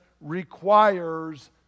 requires